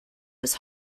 was